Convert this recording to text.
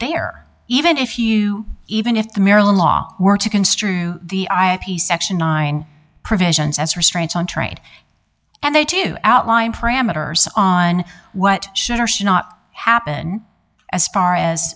there even if you even if the maryland law were to construe the i p section nine provisions as restraints on trade and they to outline parameters on what should or should not happen as far as